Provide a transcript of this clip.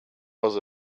was